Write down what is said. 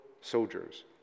soldiers